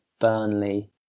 Burnley